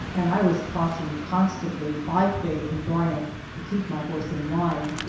and i was cautioned constantly by faye and bryant to keep my horse in line.